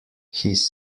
his